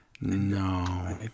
No